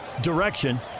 direction